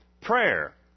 Prayer